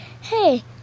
hey